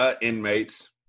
inmates